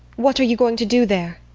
what are you going to do there?